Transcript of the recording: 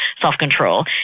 self-control